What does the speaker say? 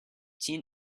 teen